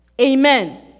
Amen